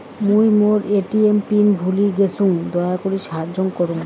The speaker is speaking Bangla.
মুই মোর এ.টি.এম পিন ভুলে গেইসু, দয়া করি সাহাইয্য করুন